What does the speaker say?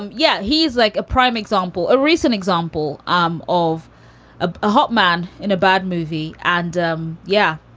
and yeah. he's like a prime example. a recent example um of a a hot man in a bad movie. and um yeah.